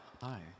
Hi